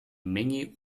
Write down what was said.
menge